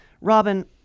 robin